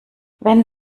wenn